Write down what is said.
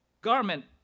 garment